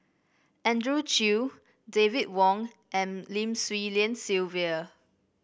Andrew Chew David Wong and Lim Swee Lian Sylvia